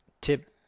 tip